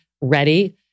ready